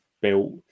built